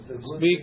Speak